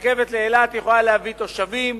רכבת לאילת יכולה להביא תושבים,